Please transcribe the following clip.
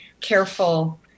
careful